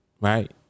right